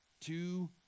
two